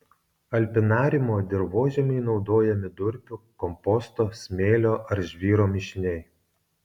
alpinariumo dirvožemiui naudojami durpių komposto smėlio ar žvyro mišiniai